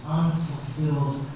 unfulfilled